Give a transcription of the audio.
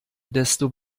desto